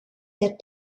that